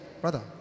brother